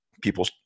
people